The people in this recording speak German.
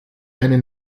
eine